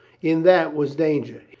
in that was danger.